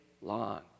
long